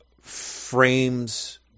frames